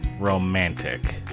romantic